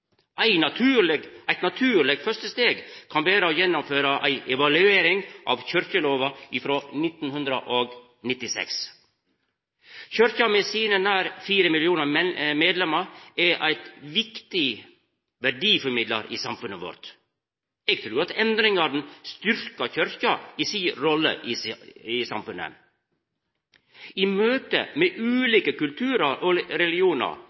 Eit naturleg første steg kan vera å gjennomføra ei evaluering av kyrkjelova frå 1996. Kyrkja, med sine nær fire millionar medlemmar, er ein viktig verdiformidlar i samfunnet vårt. Eg trur at endringane styrkjer Kyrkja i si rolle i samfunnet. I møte med ulike kulturar og